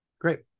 great